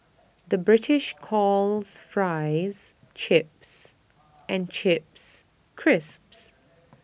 the British calls Fries Chips and Chips Crisps